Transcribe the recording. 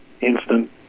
instant